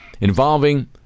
involving